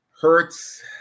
Hurts